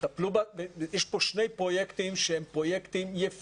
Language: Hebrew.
יש פה שני פרויקטים יפהפיים,